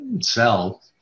Sell